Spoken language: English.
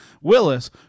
Willis